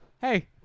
hey